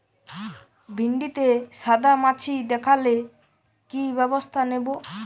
ভিন্ডিতে সাদা মাছি দেখালে কি ব্যবস্থা নেবো?